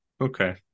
okay